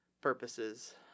purposes